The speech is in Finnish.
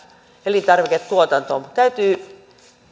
elintarviketuotanto kannata täytyy